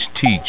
teach